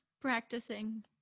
practicing